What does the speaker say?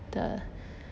the